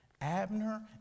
Abner